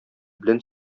белән